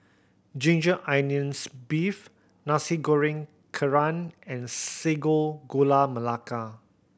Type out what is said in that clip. ginger onions beef Nasi Goreng Kerang and Sago Gula Melaka